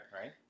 right